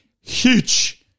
huge